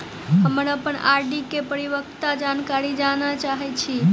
हम अप्पन आर.डी केँ परिपक्वता जानकारी जानऽ चाहै छी